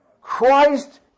Christ